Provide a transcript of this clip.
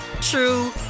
true